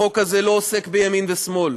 החוק הזה לא עוסק בימין ושמאל,